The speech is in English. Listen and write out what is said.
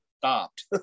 stopped